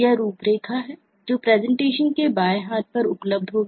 यहाँ रूपरेखा है जो प्रेजेंटेशन के बाएँ हाथ पर उपलब्ध होगी